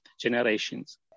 generations